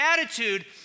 attitude